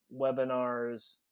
webinars